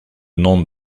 nom